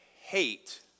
hate